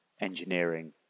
engineering